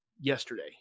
yesterday